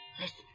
Listen